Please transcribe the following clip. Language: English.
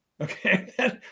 Okay